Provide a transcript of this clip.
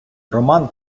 роман